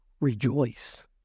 rejoice